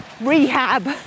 rehab